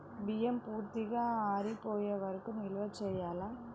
బియ్యం పూర్తిగా ఆరిపోయే వరకు నిల్వ చేయాలా?